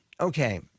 Okay